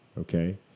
okay